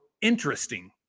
interesting